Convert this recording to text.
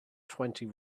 twenty